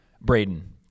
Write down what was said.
Braden